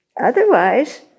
Otherwise